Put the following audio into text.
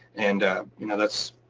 and you know that's